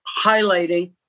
highlighting